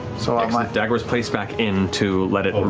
so um like dagger was placed back in to let it